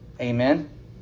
Amen